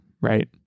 right